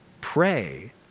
pray